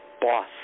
boss